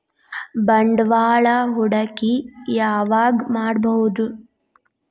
ಬಂಡವಾಳ ಹೂಡಕಿ ಯಾವಾಗ್ ಮಾಡ್ಬಹುದು?